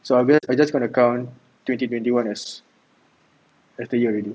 so I just I just gonna count twenty twenty one as after year already